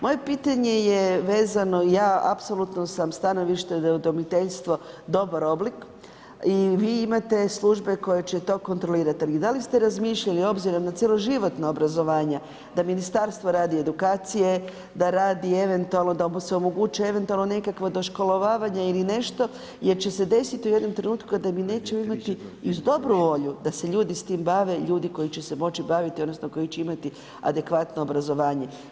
Moje pitanje je vezano, ja apsolutno sam stanovišta da je udomiteljstvo dobar oblik i vi imate službe koje će to kontrolirat, ali da li ste razmišljali, obzirom na cjeloživotna obrazovanja, da ministarstvo radi edukacije, da radi eventualno, da mu se omogući eventualno nekakvo doškolovanje ili nešto jer će se desit u jednom trenutku kada mi nećemo imati, uz dobru volju da se ljudi s tim bave, ljudi koji će se moći baviti, odnosno koji će imati adekvatno obrazovanje.